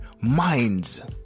minds